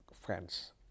friends